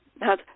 Now